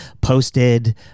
posted